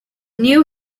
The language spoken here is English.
knew